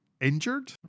injured